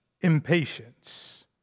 impatience